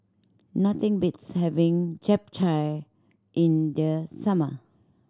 nothing beats having Japchae in the summer